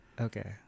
Okay